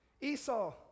Esau